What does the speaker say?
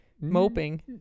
moping